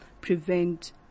prevent